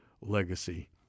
legacy